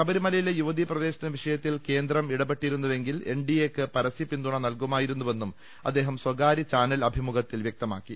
ശബരിമലയിലെ യുവതീ പ്രവേശന വിഷയത്തിൽ കേന്ദ്രം ഇടപെട്ടിരുന്നുവെങ്കിൽ എൻ ഡി എയ്ക്ക് പരസ്യപിന്തുണ നൽകുമായിരുന്നുവെന്നും അദ്ദേഹം സ്വകാര്യ ചാനൽ അഭിമുഖത്തിൽ വ്യക്തമാക്കി